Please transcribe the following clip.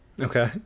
Okay